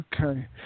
okay